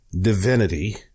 divinity